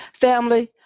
Family